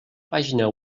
pàgina